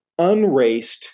unraced